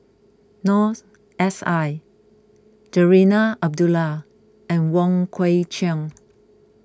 Noor S I Zarinah Abdullah and Wong Kwei Cheong